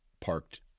parked